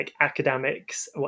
academics